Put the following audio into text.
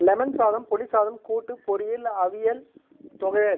lemon சாதம் புளி சாதம் கூட்டு பொரியல் அவியல் தொவையல்